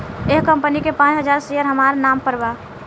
एह कंपनी के पांच हजार शेयर हामरा नाम पर बा